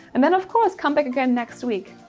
and then of course, come back again next week.